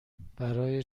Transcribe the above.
برای